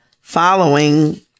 following